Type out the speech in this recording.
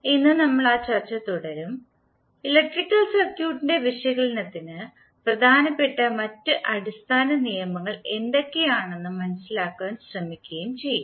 ഇന്ന് നമ്മൾ ആ ചർച്ച തുടരുകയും ഇലക്ട്രിക്കൽ സർക്യൂട്ടിന്റെ വിശകലനത്തിന് പ്രധാനപ്പെട്ട മറ്റ് അടിസ്ഥാന നിയമങ്ങൾ എന്തൊക്കെയാണെന്ന് മനസിലാക്കുവാൻ ശ്രമിക്കുകയും ചെയ്യും